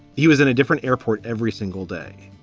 he was in a different airport every single day.